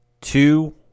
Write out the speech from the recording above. two